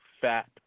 fat